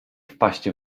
wpaść